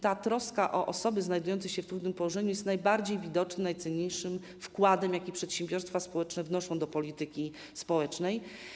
Troska o osoby znajdujące się w trudnym położeniu jest najbardziej widocznym i najcenniejszym wkładem, jakie przedsiębiorstwa społeczne wnoszą do polityki społecznej.